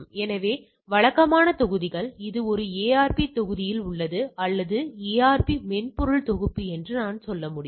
இவை வழக்கமான தொகுதிகள் இது ஒரு ARP தொகுப்பில் உள்ளது அல்லது இது ARP மென்பொருள் தொகுப்பு என்று நான் சொல்ல முடியும்